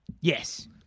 Yes